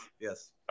Yes